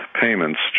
payments